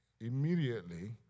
immediately